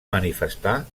manifestar